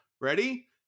Ready